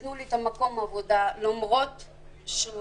נתנו לי את מקום העבודה למרות שהוא